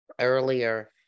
earlier